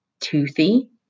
Toothy